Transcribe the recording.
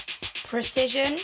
Precision